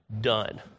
done